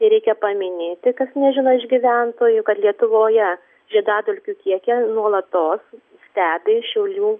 ir reikia paminėti kas nežino iš gyventojų kad lietuvoje žiedadulkių kiekį nuolatos stebi šiaulių